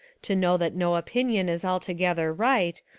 to know that no opinion is altogether right,